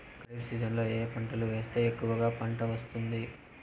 ఖరీఫ్ సీజన్లలో ఏ ఏ పంటలు వేస్తే ఎక్కువగా పంట వస్తుంది?